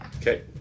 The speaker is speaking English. Okay